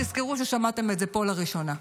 תזכרו ששמעתם את זה פה לראשונה,